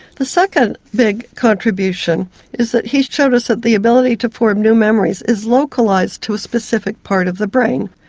the second big contribution is that he showed us that the ability to form new memories is localised like to a specific part of the brain.